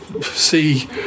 see